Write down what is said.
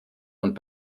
und